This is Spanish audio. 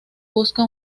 busca